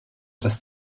das